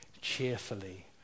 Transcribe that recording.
cheerfully